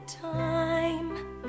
time